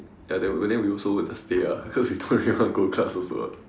ya then we would just stay because we don't really want to go class also ah